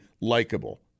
likable